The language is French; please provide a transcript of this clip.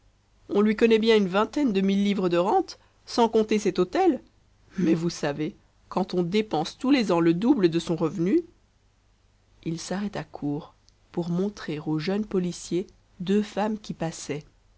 on lui connaît bien une vingtaine de mille livres de rentes sans compter cet hôtel mais vous savez quand on dépense tous les ans le double de son revenu il s'arrêta court pour montrer au jeune policier deux femmes qui passaient